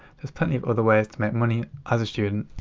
there's plenty of other ways to make money as a student.